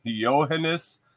Johannes